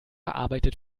arbeitet